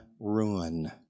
ruin